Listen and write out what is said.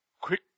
quick